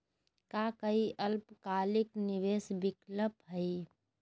का काई अल्पकालिक निवेस विकल्प हई?